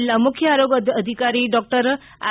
જિલ્લા મુખ્ય આરોગ્ય અધિકારી ડોકટર આર